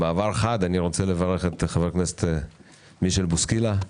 במעבר חד אני רוצה לברך את חבר הכנסת מישל בוסקילה.